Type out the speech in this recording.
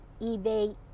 eBay